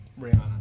Rihanna